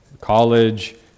College